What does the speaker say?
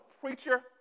preacher